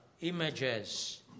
images